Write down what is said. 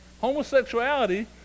homosexuality